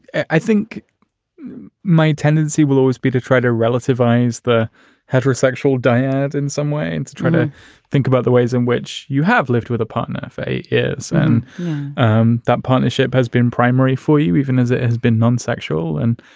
i think my tendency will always be to try to relative vine's the heterosexual dyad in some way and try to think about the ways in which you have lived with a partner. faa is and um that partnership has been primary for you even as it has been non-sexual. and,